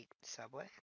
Subway